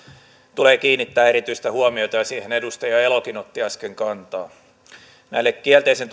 tulee kiinnittää erityistä huomiota ja siihen edustaja elokin otti äsken kantaa näillä kielteisen